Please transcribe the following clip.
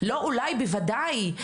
לא אולי בוודאי.